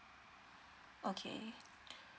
okay